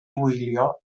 wylio